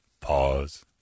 Pause